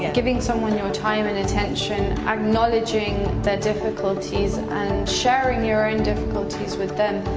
giving someone your time and attention, acknowledging the difficulties and sharing your own difficulties with them,